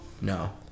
No